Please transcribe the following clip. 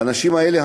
האנשים האלה,